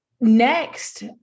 next